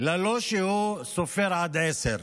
ללא שהוא סופר עד עשר.